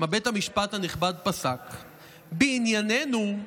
מה בית המשפט הנכבד פסק: "בענייננו,